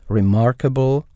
remarkable